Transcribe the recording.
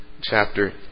chapter